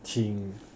停